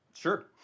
Sure